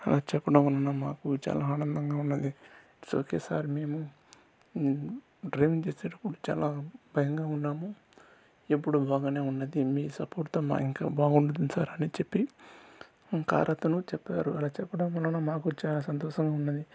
అలా చెప్పడం వలన మాకు చానా ఆనందంగా ఉన్నది ఇట్స్ ఓకే సార్ మేము మేము డ్రైవింగ్ చేసేటప్పుడు చాలా భయంగా ఉన్నాము ఇప్పుడూ బాగానే ఉన్నది మీ సపోర్ట్తో మా ఇన్కమ్ బాగుంటుంది సార్ అని చెప్పి కార్ అతను చెప్పారు అలా చెప్పడం వలన మాకు చాలా సంతోషంగా ఉన్నది